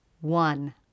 one